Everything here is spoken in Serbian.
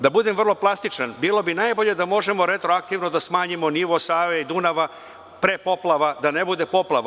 Da budem vrlo plastičan, bilo bi najbolje da možemo retroaktivno da smanjimo nivo Save i Dunava pre poplava, da ne bude poplava.